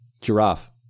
Giraffe